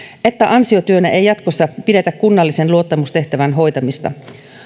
että ansiotyönä ei ei jatkossa pidetä kunnallisen luottamustehtävän hoitamista